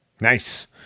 nice